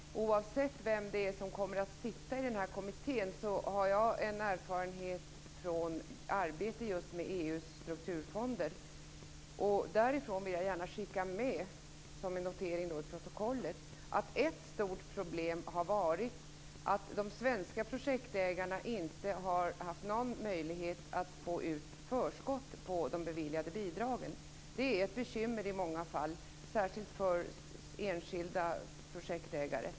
Fru talman! Oavsett vem det är som kommer att sitta i kommittén har jag en erfarenhet från arbete just med EU:s strukturfonder. Därifrån vill jag gärna skicka med som en notering i protokollet att ett stort problem har varit att de svenska projektägarna inte har haft någon möjlighet att få ut förskott på de beviljade bidragen. Det är ett bekymmer i många fall, särskilt för enskilda projektägare.